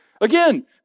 Again